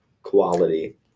quality